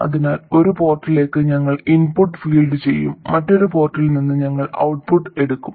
അതിനാൽ ഒരു പോർട്ടിലേക്ക് ഞങ്ങൾ ഇൻപുട്ട് ഫീഡ് ചെയ്യും മറ്റൊരു പോർട്ടിൽ നിന്ന് ഞങ്ങൾ ഔട്ട്പുട്ട് എടുക്കും